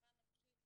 רווחה נפשית,